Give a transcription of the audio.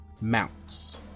mounts